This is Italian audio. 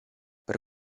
per